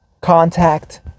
contact